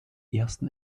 ersten